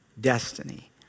destiny